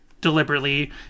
Deliberately